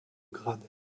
grade